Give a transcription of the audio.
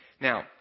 Now